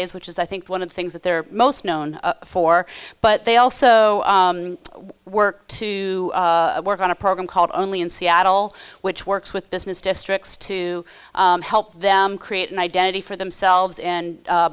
is which is i think one of the things that they're most known for but they also work to work on a program called only in seattle which works with business districts to help them create an identity for themselves